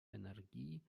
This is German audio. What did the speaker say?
energie